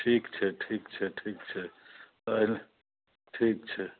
ठीक छै ठीक छै ठीक छै तहन ठीक छै